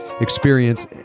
experience